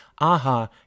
AHA